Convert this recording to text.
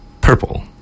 purple